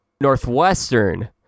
Northwestern